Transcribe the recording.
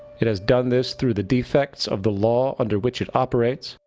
it has done this through the defects of the law under which it operates.